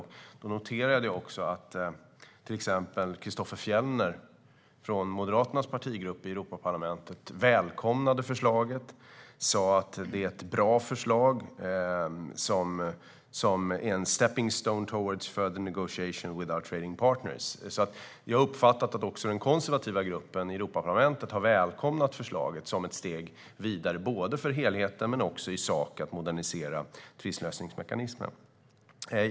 Jag noterade att till exempel Christofer Fjellner från Moderaternas partigrupp i Europaparlamentet välkomnade förslaget och sa att det var ett bra förslag och "a stepping stone towards further negotiations with our trading partners". Jag har uppfattat att också den konservativa gruppen i Europaparlamentet har välkomnat förslaget som ett steg vidare både för helheten och i sak när det gäller att modernisera tvistlösningsmekanismen.